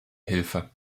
hilfe